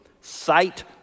sight